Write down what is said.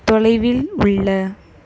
தொலைவில் உள்ள